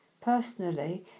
personally